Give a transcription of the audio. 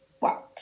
wow